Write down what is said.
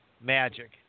magic